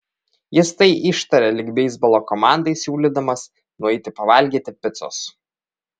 jis tai ištarė lyg beisbolo komandai siūlydamas nueiti pavalgyti picos